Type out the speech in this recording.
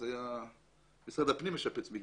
אז משרד הפנים היה משפץ מקוואות.